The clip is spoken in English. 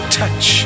touch